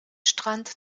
strand